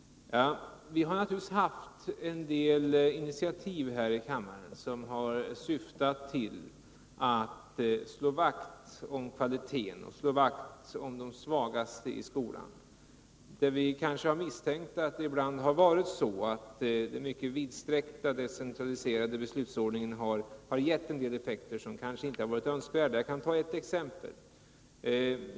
Vi har tagit en del initiativ här i kammaren som har syftat till att slå vakt om kvaliteten och om de svagaste i skolan, men vi har misstänkt att det ibland kan ha varit så att en mycket vidsträckt decentraliserad beslutsordning kunnat ge en del effekter som inte varit önskvärda. Låt mig ta ett exempel.